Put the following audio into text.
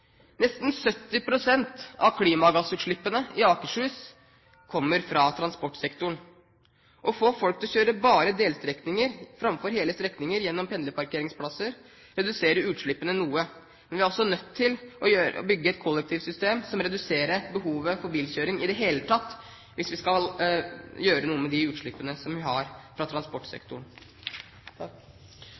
Nesten 70 pst. av klimagassutslippene i Akershus kommer fra transportsektoren. Å få folk til å kjøre bare delstrekninger framfor hele strekninger gjennom pendlerparkeringsplasser reduserer utslippene noe. Men vi er også nødt til å bygge et kollektivsystem som reduserer behovet for bilkjøring i det hele tatt, hvis vi skal gjøre noe med de utslippene vi har fra transportsektoren.